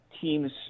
teams